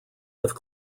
have